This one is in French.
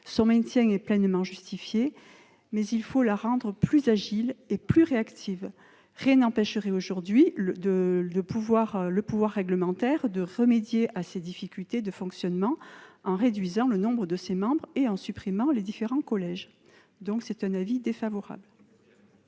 Son maintien est pleinement justifié, mais il faut la rendre plus agile et plus réactive. Rien n'empêcherait aujourd'hui le pouvoir réglementaire de remédier à ses difficultés de fonctionnement en réduisant le nombre de ses membres et en supprimant les différents collèges. La commission spéciale